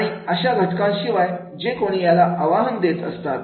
आणि या घटकांशिवाय जे कोणी याला आव्हान देत असतात